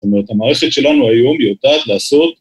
זאת אומרת, המערכת שלנו היום יודעת לעשות...